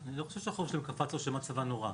אני לא חושב שהחוב שלהן קפץ או שמצבן הורע.